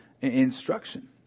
instruction